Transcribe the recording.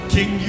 King